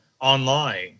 online